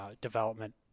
development